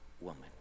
woman